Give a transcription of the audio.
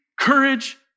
Courage